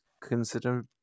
consider